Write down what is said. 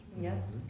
yes